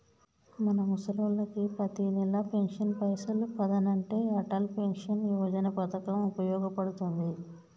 మన ముసలోళ్ళకి పతినెల పెన్షన్ పైసలు పదనంటే అటల్ పెన్షన్ యోజన పథకం ఉపయోగ పడుతుంది